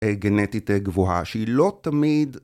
גנטית גבוהה שהיא לא תמיד